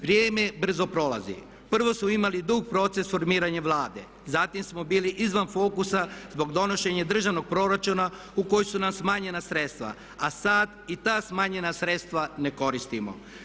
Vrijeme brzo prolazi, prvo su imali dug proces formiranja Vlada, zatim smo bili izvan fokusa zbog donošenja državnog proračuna u kojem su nam smanjen sredstva, a sad i ta smanjena sredstva ne koristimo.